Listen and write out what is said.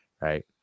Right